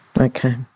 Okay